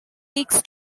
peaks